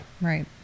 Right